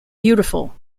beautiful